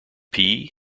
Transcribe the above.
then